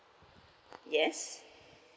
yes